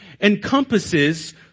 encompasses